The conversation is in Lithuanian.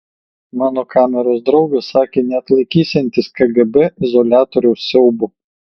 mano kameros draugas sakė neatlaikysiantis kgb izoliatoriaus siaubo